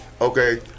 Okay